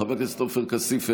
חבר הכנסת אלי אבידר,